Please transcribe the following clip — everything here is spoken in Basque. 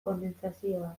kondentsazioa